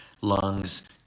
lungs